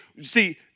see